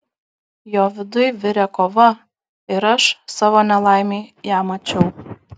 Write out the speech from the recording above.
jo viduj virė kova ir aš savo nelaimei ją mačiau